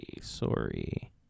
Sorry